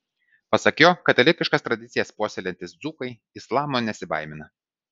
pasak jo katalikiškas tradicijas puoselėjantys dzūkai islamo nesibaimina